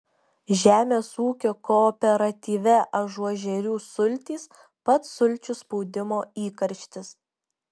žemės ūkio kooperatyve ažuožerių sultys pats sulčių spaudimo įkarštis